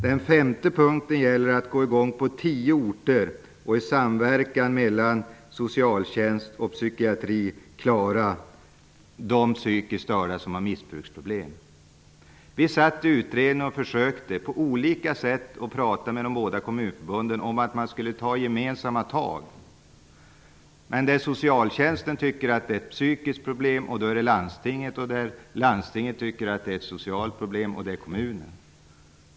Den femte punkten gäller att komma i gång på tio orter och att i samverkan mellan socialtjänst och psykiatri klara de psykiskt störda som har missbruksproblem. I utredningen försökte vi på olika sätt att prata med de båda kommunförbunden om att man skulle ta gemensamma tag. Men socialtjänsten tycker att det är ett psykiskt problem, och då är det landstingets sak. Och landstinget tycker att det är ett socialt problem. Då blir det en sak för kommunen.